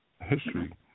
history